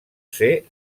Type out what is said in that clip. ser